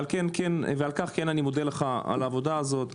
על כך אני מודה לך על העבודה הזו.